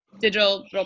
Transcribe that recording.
digital